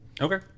okay